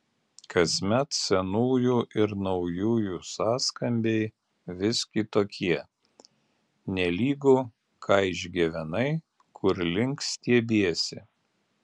kasmet senųjų ir naujųjų sąskambiai vis kitokie nelygu ką išgyvenai kur link stiebiesi